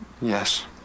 Yes